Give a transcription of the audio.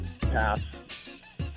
Pass